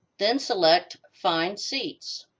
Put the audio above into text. then, select find seats.